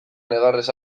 negarrez